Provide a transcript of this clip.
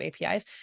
APIs